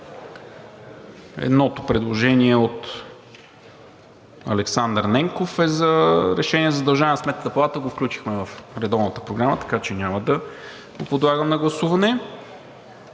Едното предложение е от Александър Ненков – Решение за Сметната палата. Включихме го в редовната Програма, така че няма да го подлагам на гласуване.